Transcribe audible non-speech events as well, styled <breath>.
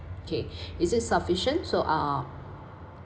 okay <breath> is it sufficient so ah